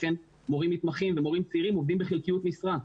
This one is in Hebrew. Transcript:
לכן מורים מתמחים ומורים צעירים עובדים בחלקיות משרה,